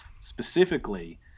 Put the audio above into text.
specifically